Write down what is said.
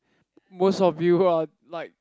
most of you are like